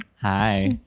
Hi